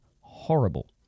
horrible